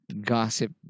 Gossip